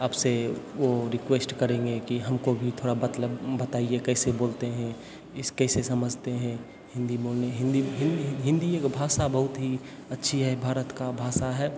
आपसे वो रिक्वेस्ट करेंगे कि हमको भी थोड़ा मतलब बताइए कैसे बोलते हैं इसे कैसे समझते हैं हिंदी बोलने हिंदी हिंदी हिंदी एक भाषा बहुत ही अच्छी है भारत का भाषा है